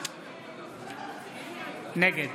נגד